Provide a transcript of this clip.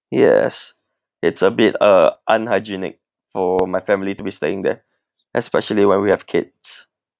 yes it's a bit uh unhygienic for my family to be staying there especially when we have kids